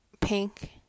pink